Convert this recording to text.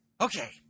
Okay